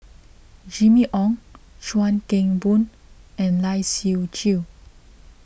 Jimmy Ong Chuan Keng Boon and Lai Siu Chiu